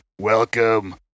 welcome